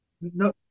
No